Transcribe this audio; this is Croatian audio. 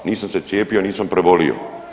Nisam se cijepio, nisam prebolio.